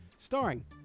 Starring